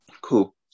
Cool